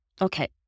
Okay